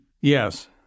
Yes